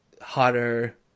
hotter